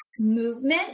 movement